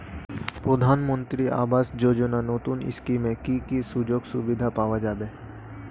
প্রধানমন্ত্রী আবাস যোজনা নতুন স্কিমে কি কি সুযোগ সুবিধা পাওয়া যাবে?